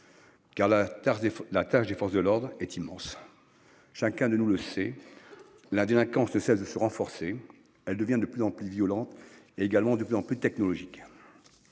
tarte, la tâche des forces de l'ordre est immense. Chacun de nous le sait. La délinquance ne cesse de se renforcer. Elle devient de plus en plus violente et également de plus en plus technologique.